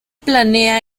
planea